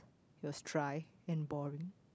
it was dry and boring